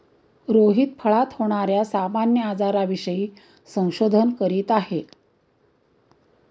रोहित फळात होणार्या सामान्य आजारांविषयी संशोधन करीत आहे